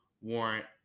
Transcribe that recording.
warrant